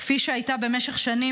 כפי שהייתה במשך שנים,